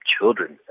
children